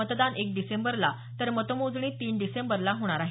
मतदान एक डिसेंबरला तर मतमोजणी तीन डिसेंबरला होणार आहे